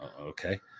okay